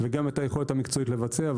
וגם את היכולת המקצועית לבצע,